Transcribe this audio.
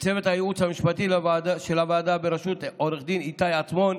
לצוות הייעוץ המשפטי של הוועדה בראשות עו"ד איתי עצמון,